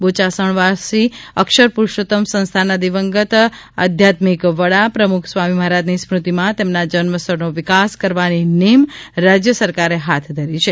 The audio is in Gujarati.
બોચાસણવાસી અક્ષર પુરૂષોત્તમ સંસ્થાના દિવંગત આધ્યાત્મિક વડા પ્રમુખ સ્વામી મહારાજની સ્મૃતિમાં તેમના જન્મસ્થળનો વિકાસ કરવાની નેમ રાજ્યસરકારે હાથ ધરી છે